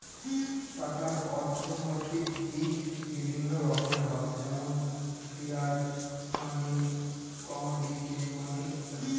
টাকার অর্থনৈতিক দিক বিভিন্ন রকমের হয় যেমন ফিয়াট মানি, কমোডিটি মানি ইত্যাদি